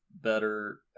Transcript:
better